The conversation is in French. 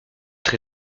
très